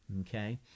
okay